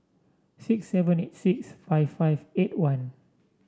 six seven eight six five five eight one